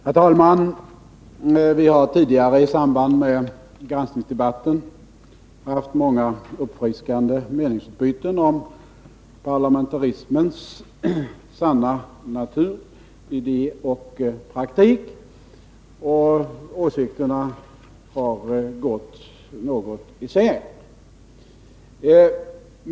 Herr talman! Vi har tidigare i samband med granskningsdebatten haft många uppfriskande meningsutbyten om parlamentarismens sanna natur, idé och praktik, och åsikterna har gått något isär.